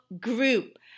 group